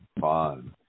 fun